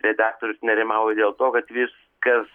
redaktorius nerimauja dėl to kad vis kas